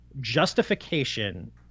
justification